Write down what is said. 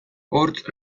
hortz